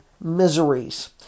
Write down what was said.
miseries